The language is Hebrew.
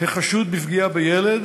החשוד בפגיעה בילד,